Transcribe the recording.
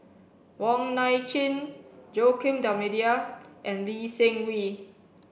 Wong Nai Chin Joaquim D'almeida and Lee Seng Wee